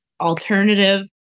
alternative